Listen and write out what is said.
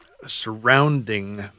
surrounding